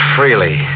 Freely